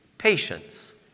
patience